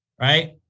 right